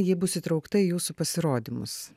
ji bus įtraukta į jūsų pasirodymus